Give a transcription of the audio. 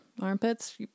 armpits